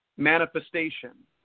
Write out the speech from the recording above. Manifestation